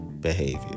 behavior